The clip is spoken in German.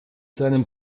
seinem